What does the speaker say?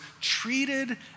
treated